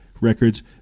records